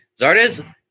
Zardes